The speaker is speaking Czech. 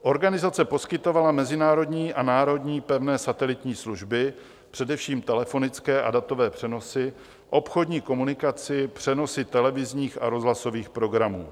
Organizace poskytovala mezinárodní a národní pevné satelitní služby, především telefonické a datové přenosy, obchodní komunikaci, přenosy televizních a rozhlasových programů.